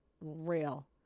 real